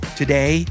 today